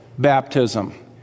Baptism